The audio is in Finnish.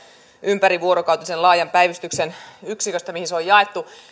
ympärivuorokautisen laajan päivystyksen yksiköstä mihin ne on jaettu